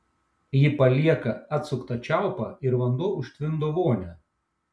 ji palieka atsuktą čiaupą ir vanduo užtvindo vonią